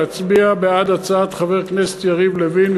להצביע בעד הצעת חבר הכנסת יריב לוין,